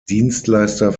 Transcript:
dienstleister